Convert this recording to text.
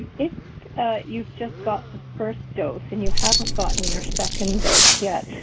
if you've just got the first dose and you haven't gotten your second dose yet,